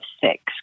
six